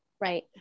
Right